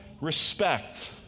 respect